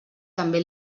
també